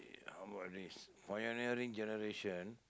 how about this pioneering generation